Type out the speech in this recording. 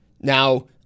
Now